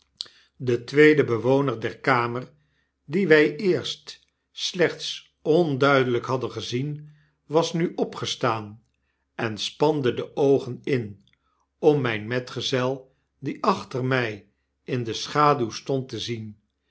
de tweede bewoner der kamer dien wij eerst slechts onduideljjk hadden gezien was nu opgestaan en spande deoogen in om mijn metgezel die achter mij in de schaduw stond te zien